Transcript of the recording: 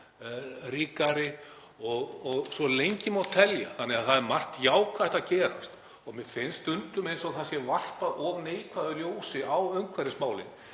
mæli og svo má lengi telja þannig að það er margt jákvætt að gerast. Mér finnst stundum eins og það sé varpað of neikvæðu ljósi á umhverfismálin.